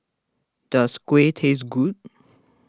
does Kuih taste good